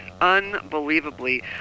unbelievably